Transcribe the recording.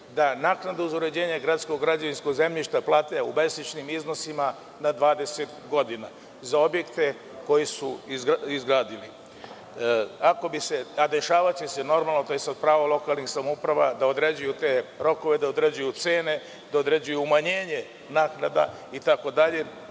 da naknadu za uređenje gradskog građevinskog zemljišta plate u mesečnim iznosima na 20 godina za objekte koje su izgradili. Dešavaće se i to je normalno a to je pravo lokalnih samouprava da određuju te rokove, da određuju cene, da uređuju umanjenje naknada itd.